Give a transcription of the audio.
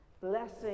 Blessing